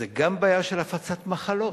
זו גם בעיה של הפצת מחלות,